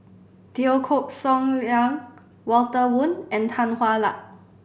Teo Liang Walter Woon and Tan Hwa Luck